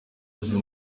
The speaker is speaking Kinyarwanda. abuza